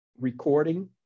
recording